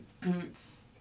Boots